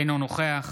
אינו נוכח